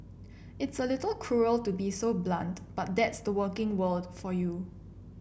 it's a little cruel to be so blunt but that's the working world for you